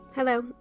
Hello